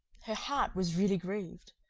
her heart was really grieved.